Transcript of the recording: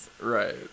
Right